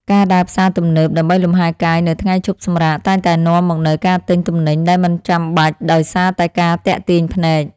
ការដើរផ្សារទំនើបដើម្បីលំហែកាយនៅថ្ងៃឈប់សម្រាកតែងតែនាំមកនូវការទិញទំនិញដែលមិនចាំបាច់ដោយសារតែការទាក់ទាញភ្នែក។